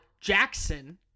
Jackson